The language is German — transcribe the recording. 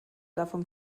davon